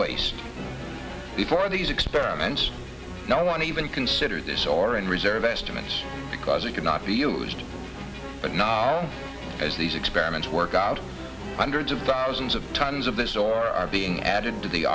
waste before these experiments no want to even consider this or in reserve estimates because it cannot be used but not as these experiments work out hundreds of thousands of tons of this or are being added to the